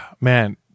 man